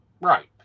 right